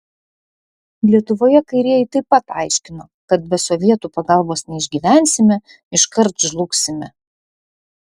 lietuvoje kairieji taip pat aiškino kad be sovietų pagalbos neišgyvensime iškart žlugsime